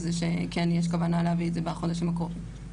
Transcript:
זה כן יש כוונה להביא את זה בחודשים הקרובים.